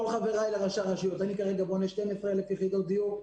כל חבריי ראשי הרשויות אני כרגע בונה 12,000 יחידות דיור,